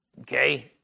Okay